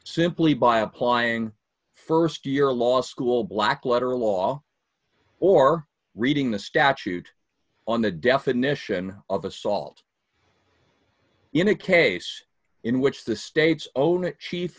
simply by applying st year law school black letter law or reading the statute on the definition of assault in a case in which the state's own chief